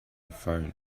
phone